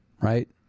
right